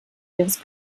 ihres